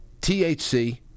thc